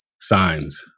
signs